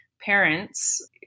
parents